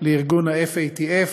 לארגון ה-FATF,